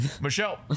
Michelle